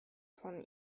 von